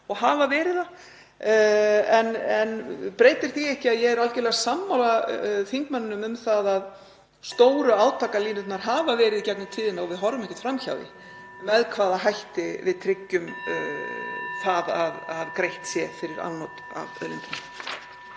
og hafa verið það. Það breytir því ekki að ég er algerlega sammála hv. þingmanni um að stóru átakalínurnar hafa verið í gegnum tíðina, og við horfum ekkert fram hjá því, með hvaða hætti við tryggjum að greitt sé fyrir afnot af auðlindinni.